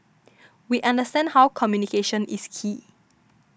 we understand how communication is key